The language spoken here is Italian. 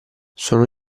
sono